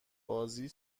بازی